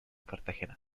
cartagena